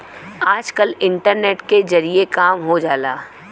आजकल इन्टरनेट के जरिए काम हो जाला